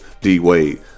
D-Wade